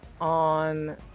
on